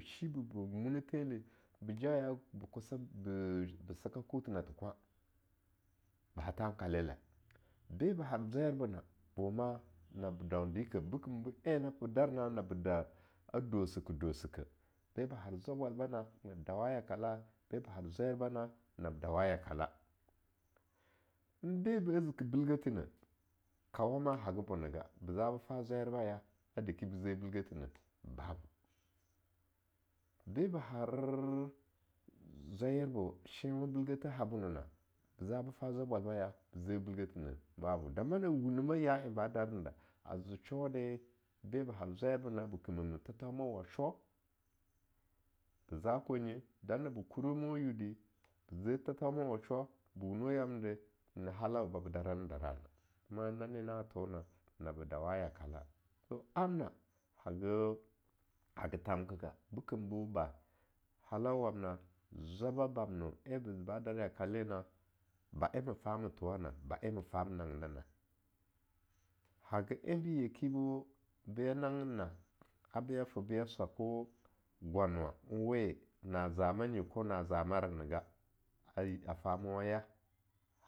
shi bi be mune thenle be jaya be seka kuthe na the kwan, ba ha thankalele, be ba har zwayerbena boma nab daun dikeh bekem been na ba dar na nabe daa dosikeh-dosikeh be ba har zwabwalbana nab dawa yakale, beba har zwayebana nab dawa yakale, nbe ba ziki bilgethene, kawama haga bonaga, be zabafa zwayerba ya a deki be zeh bugethene babu, be ba har zwayerba shenwa bilgethe habonana, be za but fa zwa bwalba ya a deki ba ze bilgethene, babu, dama na wuneh ma ya en ba darne da, aze sho de be ba har zwayebena ba kimemeh thethauna washo, be za kwenye, dam naba kuro ma yindi be ze thethan nawa sho, ba wunweh yamne de nyena halanwe babo dara-ne darana. kuma nani na thona na be dawa yakale, bo amna haka ge-haga tham kage bokem boba, halau wamna zwaba bamna en be ze ba dar yakale na ba en ma fa ma thowana ba en mata ma nanginana, haga en be yeki bo be nangin na'a a be ta be swa ko gwanwa-wena zamanyi kona za mora ne ga a tamowaya,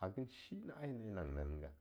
hagin shi na'a yena en a nangina nega.